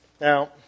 Now